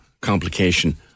complication